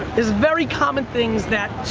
is very common things that. so,